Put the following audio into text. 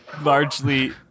largely